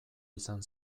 izan